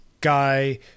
guy